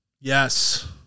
yes